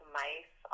mice